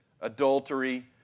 adultery